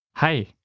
Hi